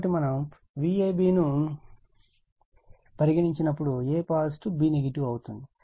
కాబట్టి మనము Vab ను పరిగణించి నప్పుడు a పాజిటివ్ b నెగెటివ్ అవుతుంది